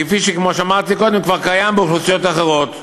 שכפי שאמרתי קודם כבר קיימת לאוכלוסיות אחרות.